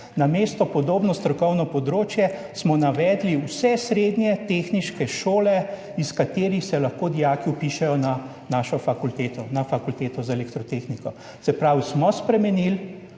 namesto podobno strokovno področje smo navedli vse srednje tehniške šole, iz katerih se lahko dijaki vpišejo na našo fakulteto, na Fakulteto za elektrotehniko, se pravi smo spremenili